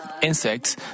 insects